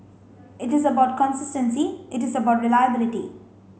it is about consistency it is about reliability